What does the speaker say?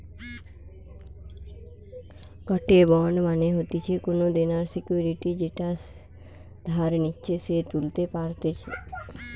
গটে বন্ড মানে হতিছে কোনো দেনার সিকুইরিটি যেটা যে ধার নিচ্ছে সে তুলতে পারতেছে